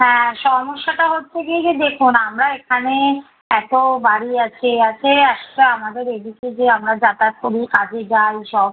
হ্যাঁ সমস্যাটা হচ্ছে গিয়ে যে দেখুন আমরা এখানে এত বাড়ি আছে এ আছে এক তো আমাদের এদিকে যে আমরা যাতায়াত করি কাজে যাই সব